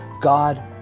God